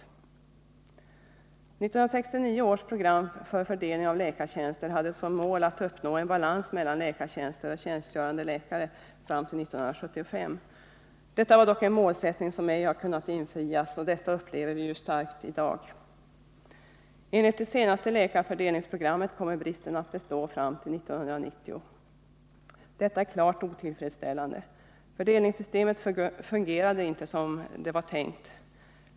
1969 års program för fördelning av läkartjänster hade som mål att man till 1975 skulle uppnå en balans mellan läkartjänster och tjänstgörande läkare. Detta var dock en målsättning som inte kunde infrias, och detta upplever vi ju starkt i dag. Enligt det senaste läkarfördelningsprogrammet kommer bristen att bestå fram till 1990. Detta är klart otillfredsställande. Fördelningssystemet fungerade inte som det var tänkt.